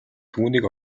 түүнийг